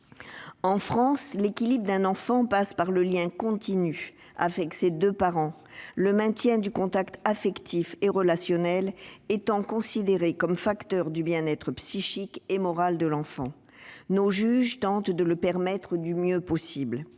En France, l'équilibre d'un enfant passe par le lien continu avec ses deux parents, le maintien du contact affectif et relationnel étant considéré comme un facteur du bien-être psychique et moral de l'enfant. Nos juges tentent de le permettre du mieux possible.